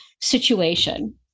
situation